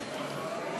(חותם על ההצהרה)